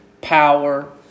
power